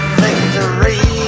victory